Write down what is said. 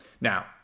Now